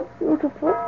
beautiful